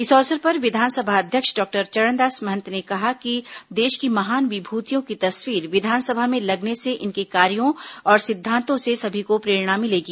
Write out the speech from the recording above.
इस अवसर पर विधानसभा अध्यक्ष डॉक्टर चरणदास महंत ने कहा कि देश की महान विभूतियों की तस्वीर विधानसभा में लगने से इनके कार्यो और सिद्धांतों से सभी को प्रेरणा मिलेगी